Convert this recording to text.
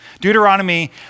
Deuteronomy